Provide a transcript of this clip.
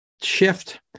shift